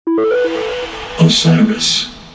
Osiris